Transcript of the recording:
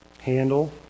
handle